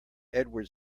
edward